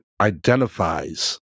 identifies